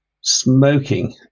smoking